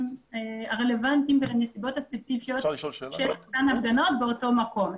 הרלוונטיים והנסיבות הספציפיות של אותן הפגנות באותו מקום.